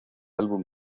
álbum